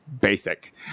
Basic